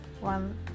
one